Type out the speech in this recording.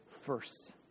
first